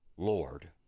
Lord